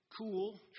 cool